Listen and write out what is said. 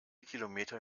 kilometer